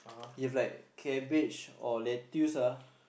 if like cabbage or lettuce ah